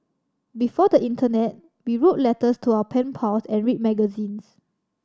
before the internet we wrote letters to our pen pals and read magazines